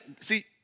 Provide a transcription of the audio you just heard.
See